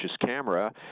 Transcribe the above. camera